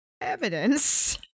evidence